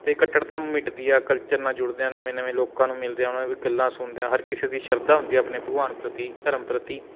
ਅਤੇ ਕੱਟੜਤਾ ਮਿਟਦੀ ਆ ਕਲਚਰ ਨਾਲ ਜੁੜਦੇ ਹਾਂ ਨਵੇਂ ਨਵੇਂ ਲੋਕਾਂ ਨੂੰ ਮਿਲਦੇ ਹਾਂ ਉਹਨਾਂ ਗੱਲਾਂ ਸੁਣਦੇ ਹਾਂ ਹਰ ਕਿਸੇ ਦੀ ਸ਼ਰਧਾ ਹੁੰਦੀ ਆ ਆਪਣੇ ਭਗਵਾਨ ਪ੍ਰਤੀ ਧਰਮ ਪ੍ਰਤੀ